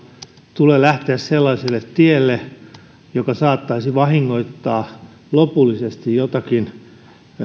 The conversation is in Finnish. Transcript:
tule lähteä sellaiselle tielle joka saattaisi vahingoittaa lopullisesti joitakin